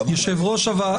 כמה אתם?